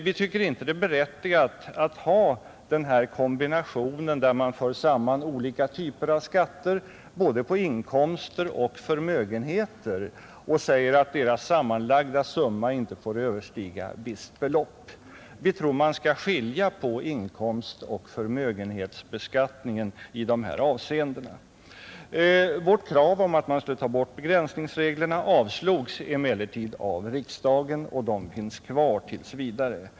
Vi tycker inte det är berättigat att ha den här kombinationen, där man för samman olika typer av skatter på både inkomster och förmögenheter och säger att deras sammanlagda summa inte får överstiga visst belopp. Vi tror man skall skilja på inkomstoch förmögenhetsbeskattningen i de här avseendena. Vårt krav om att man skulle ta bort begränsningsreglerna avslogs emellertid av riksdagen, och de finns kvar tills vidare.